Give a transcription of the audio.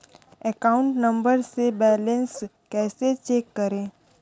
Account number से balance कैसे check करें?